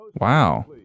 Wow